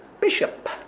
bishop